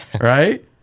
right